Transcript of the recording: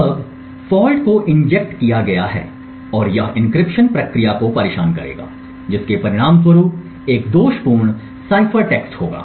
अब फॉल्ट को इंजेक्ट किया गया है और यह एन्क्रिप्शन प्रक्रिया को परेशान करेगा जिसके परिणामस्वरूप एक दोषपूर्ण साइफर टेक्स्ट होगा